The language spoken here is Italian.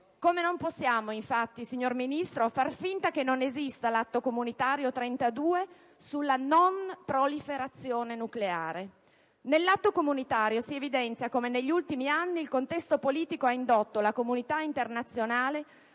Come possiamo, infatti, signor Ministro, fare finta che non esista l'atto comunitario n. 32 sulla non proliferazione nucleare? In esso si evidenzia come negli ultimi anni il contesto politico ha indotto la comunità internazionale